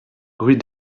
rue